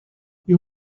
you